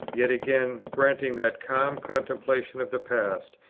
yet again, granting that calm contemplation of the past,